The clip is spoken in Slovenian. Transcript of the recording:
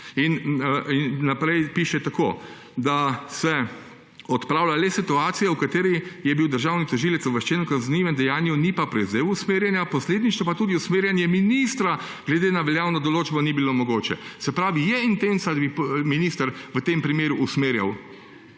Naprej piše, da se odpravlja le situacija, v kateri je bil državni tožilec obveščen o kaznivem dejanju, ni pa prevzel usmerjanja, posledično pa tudi usmerjanje ministra glede na veljavno določbo ni bilo mogoče. Se pravi je intenca, da bi minister v tem primeru usmerjal